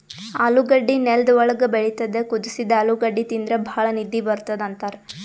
ಆಲೂಗಡ್ಡಿ ನೆಲ್ದ್ ಒಳ್ಗ್ ಬೆಳಿತದ್ ಕುದಸಿದ್ದ್ ಆಲೂಗಡ್ಡಿ ತಿಂದ್ರ್ ಭಾಳ್ ನಿದ್ದಿ ಬರ್ತದ್ ಅಂತಾರ್